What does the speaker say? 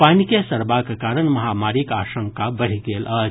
पानि के सड़बाक कारण महामारीक आशंका बढ़ि गेल अछि